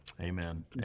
Amen